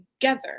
together